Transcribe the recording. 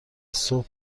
صبح